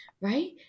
right